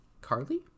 Carly